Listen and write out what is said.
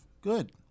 Good